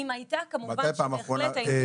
אם הייתה כמובן -- מתי פעם אחרונה הגשתם רשימה כזאת?